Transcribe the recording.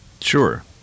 Sure